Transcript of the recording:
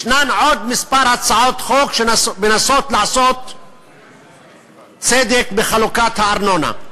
יש עוד כמה הצעות חוק שמנסות לעשות צדק בחלוקת הארנונה.